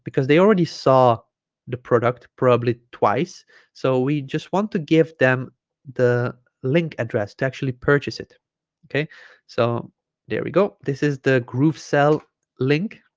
they already saw the product probably twice so we just want to give them the link address to actually purchase it okay so there we go this is the groovesell link